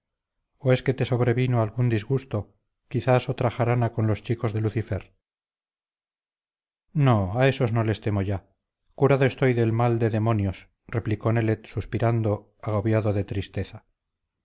es que te sobrevino algún disgusto quizás otra jarana con los chicos de lucifer no a esos no les temo ya curado estoy del mal de demonios replicó nelet suspirando agobiado de tristeza